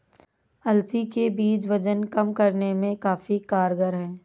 अलसी के बीज वजन कम करने में काफी कारगर है